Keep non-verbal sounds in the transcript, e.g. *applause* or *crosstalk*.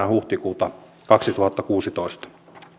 *unintelligible* huhtikuuta kaksituhattakuusitoista